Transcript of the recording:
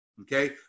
okay